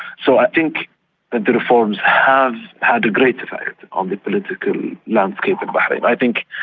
so i think that the reforms have had a great effect on the political landscape of bahrain. i think,